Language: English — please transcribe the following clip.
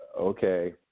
okay